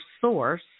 source